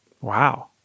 Wow